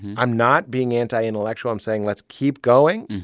i'm not being anti-intellectual. i'm saying let's keep going.